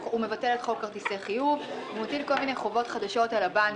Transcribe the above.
הוא מבטל את חוק כרטיסי חיוב ומטיל כל מיני חובות חדשות על הבנקים.